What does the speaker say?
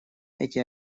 эти